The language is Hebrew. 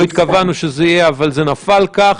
לא התכוונו שזה יהיה, אבל זה נפל כך.